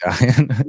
dying